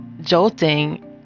jolting